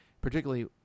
particularly